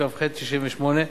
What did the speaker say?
התשכ"ח 1968,